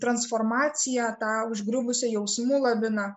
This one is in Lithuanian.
transformaciją tą užgriuvusią jausmų laviną